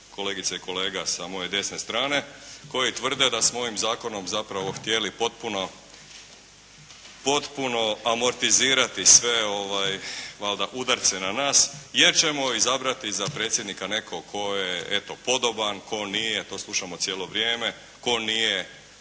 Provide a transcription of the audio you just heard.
kolegica i kolega sa moje desne strane koji tvrde da smo ovim zakonom zapravo htjeli potpuno amortizirati sve valjda udarce na nas, jer ćemo izabrati za predsjednika nekog tko je eto podoban, tko nije. To slušamo cijelo vrijeme. Tko nije